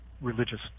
religious